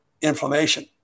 inflammation